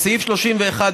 בסעיף 31,